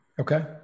okay